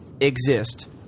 exist